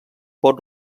pot